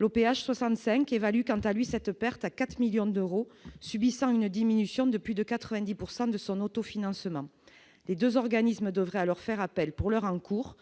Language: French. l'OPH 65 évalue quant à lui cette perte à 4 millions d'euros, subissant une diminution de plus de 90 pourcent de de son auto financement des 2 organismes devraient alors faire appel pour leur encours